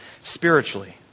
spiritually